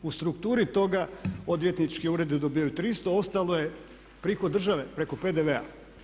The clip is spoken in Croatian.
U strukturi toga odvjetnički uredi dobivaju 300, ostalo je prihod države preko PDV-a.